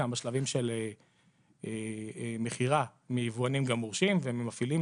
גם בשלבים של מכירה מיבואנים גם מורשים וממפעילים